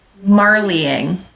Marleying